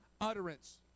utterance